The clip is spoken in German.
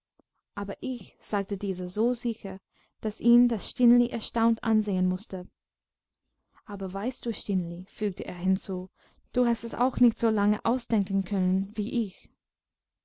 aber ich sagte dieser so sicher daß ihn das stineli erstaunt ansehen mußte aber weißt du stineli fügte er hinzu du hast es auch nicht so lange ausdenken können wie ich